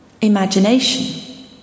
imagination